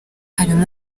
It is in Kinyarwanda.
harimo